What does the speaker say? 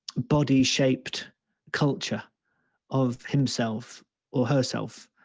body shaped culture of himself or herself.